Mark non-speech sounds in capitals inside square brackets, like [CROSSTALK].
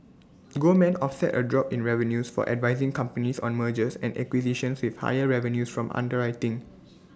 [NOISE] Goldman offset A drop in revenues for advising companies on mergers and acquisitions with higher revenues from underwriting [NOISE]